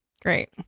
Great